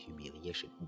humiliation